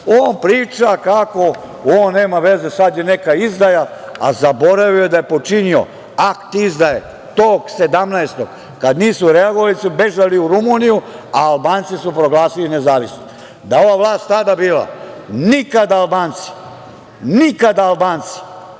on priča kako on nema veze, sad je neka izdaja, a zaboravio je da je počinio akt izdaje tog 17-og kada nisu reagovali jer su bežali u Rumuniju, a Albanci su proglasili nezavisnost. Da je ova vlast tada bila, nikada Albanci, nikada Albanci